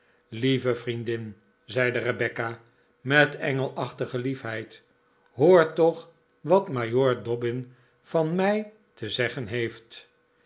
lieve vriendin zeide rebecca met engelachtige liefheid hoortoch wat majoor dobbin van mij te zeggen heeft